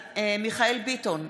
מיכאל מרדכי ביטון,